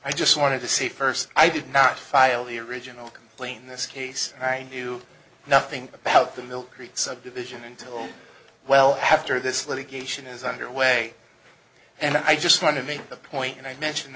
i just wanted to see first i did not file the original complaint in this case right knew nothing about the mill creek subdivision until well after this litigation is underway and i just want to make a point and i mention